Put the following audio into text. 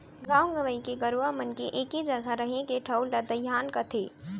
गॉंव गंवई के गरूवा मन के एके जघा रहें के ठउर ला दइहान कथें